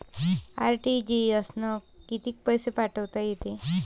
RTGS न कितीक पैसे पाठवता येते?